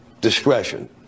discretion